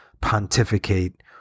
pontificate